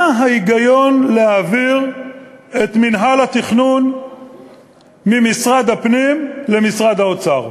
מה ההיגיון להעביר את מינהל התכנון ממשרד הפנים למשרד האוצר?